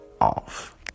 off